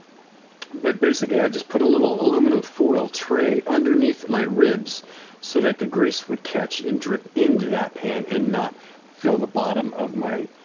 but basically i just put a little aluminum foil tray underneath my ribs so that the grease would catch and drip into that pan and not fill the bottom of my